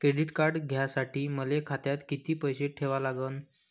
Credit card घ्यासाठी मले खात्यात किती पैसे ठेवा लागन?